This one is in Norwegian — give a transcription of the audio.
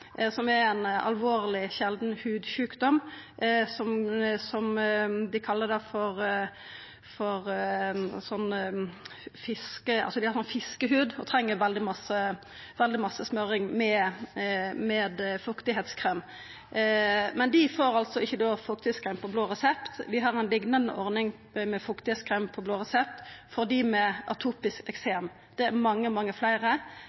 som er ein alvorleg og sjeldan hudsjukdom. Dei har fiskehud, og dei treng veldig masse smørjing med fuktkrem, men dei får ikkje fuktkrem på blå resept. Vi har ei liknande ordning med fuktkrem på blå resept for dei med atopisk eksem, og dei er mange, mange fleire.